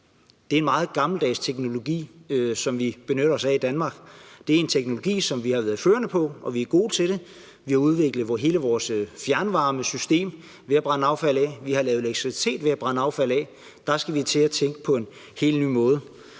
Det er en meget gammeldags teknologi, som vi benytter os af i Danmark. Det er en teknologi, som vi har været førende på, og vi er gode til det. Vi har udviklet hele vores fjernvarmesystem ved at brænde affald af. Vi har lavet elektricitet ved at brænde affald af. Der skal vi til at tænke på en helt ny måde.